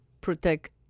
protect